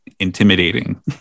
intimidating